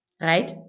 right